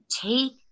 Take